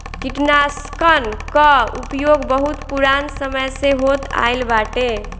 कीटनाशकन कअ उपयोग बहुत पुरान समय से होत आइल बाटे